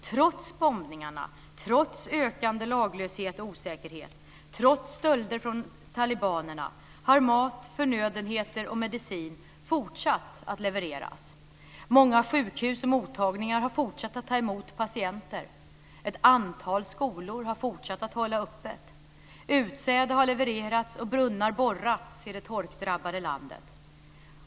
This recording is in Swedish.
Trots bombningarna, trots ökande laglöshet och osäkerhet, trots stölder från talibanernas sida, har mat, förnödenheter och medicin fortsatt att levereras. Många sjukhus och mottagningar har fortsatt att ta emot patienter. Ett antal skolor har fortsatt att hålla öppet. Utsäde har levererats och brunnar borrats i det torkdrabbade landet.